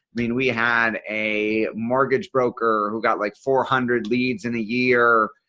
mean we had a mortgage broker who got like four hundred leads in a year.